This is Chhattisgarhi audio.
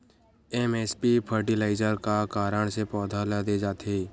एस.एस.पी फर्टिलाइजर का कारण से पौधा ल दे जाथे?